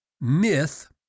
myth